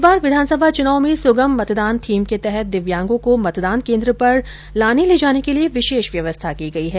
इस बार विधानसभा चुनाव में सुगम मतदान थीम के तहत दिव्यांगों को मतदान केन्द्र पर ले जाने के लिये विशेष व्यवस्था की गई है